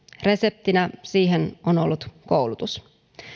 reseptinä siihen on ollut koulutus